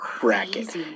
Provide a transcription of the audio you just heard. bracket